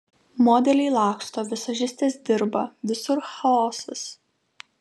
modeliai laksto vizažistės dirba visur chaosas